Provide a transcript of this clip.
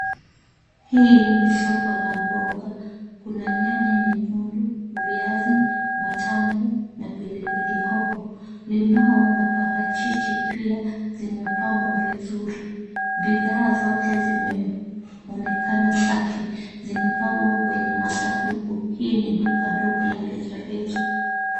Hili ni soko la mboga. Kuna nyanya nyekundu, viazi, matango na pilipili hoho. Limau na parachichi pia zimepangwa vizuri. Bidhaa zote zimeonekana safi. Zimepangwa kwenye masanduku, hii ni duka ndogo la rejareja